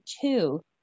two